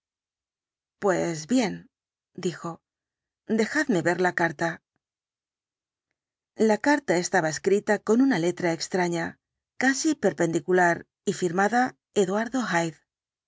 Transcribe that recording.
pues bien dijo dejadme ver la carta la carta estaba escrita con una letra extraña casi perpendicular y firmada eduardo